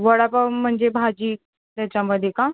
वडापाव म्हणजे भाजी त्याच्यामध्ये का